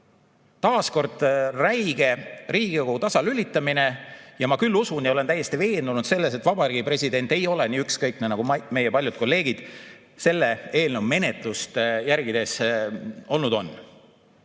Taas räige Riigikogu tasalülitamine. Ma küll usun ja olen täiesti veendunud selles, et Vabariigi President ei ole nii ükskõikne, nagu meie paljud kolleegid selle eelnõu menetlust järgides on olnud.